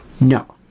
No